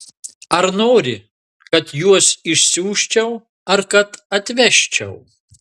ar nori kad juos išsiųsčiau ar kad atvežčiau